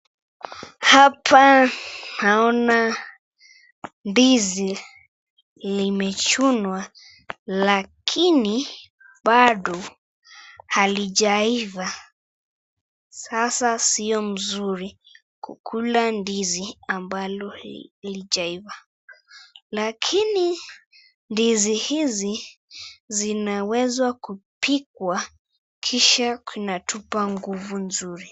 Hapa naona ndizi limejunwa lakini bado haijaiva, sasa sio mzuri kukula ndizi ambalo haijaiva, lakini ndizi hizi zinawezwa kupikwa kisha inatupa nguvu nzuri.